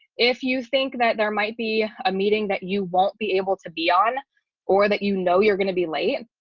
if you think that there might be a meeting that you won't be able to be on or that you know you're going to be late.